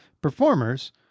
Performers